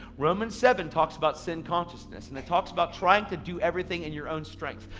romans seven talks about sin consciousness, and it talks about trying to do everything in your own strength.